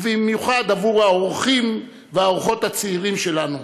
בייחוד עבור האורחים והאורחות הצעירים שלנו,